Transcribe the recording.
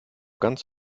ganz